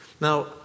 Now